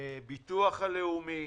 בביטוח הלאומי,